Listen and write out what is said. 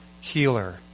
healer